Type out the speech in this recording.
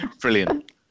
Brilliant